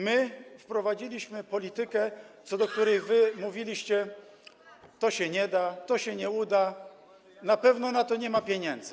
My prowadziliśmy politykę, o której wy mówiliście: To się nie da, to się nie uda, na pewno na to nie ma pieniędzy.